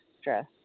stress